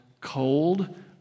cold